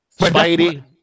Spidey